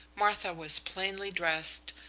martha was plainly dressed,